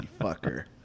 fucker